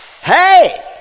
hey